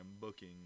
booking